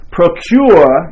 procure